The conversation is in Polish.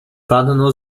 panno